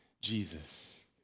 Jesus